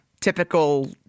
typical-